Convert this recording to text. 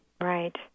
Right